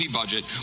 budget